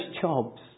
jobs